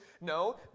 No